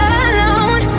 alone